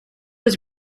was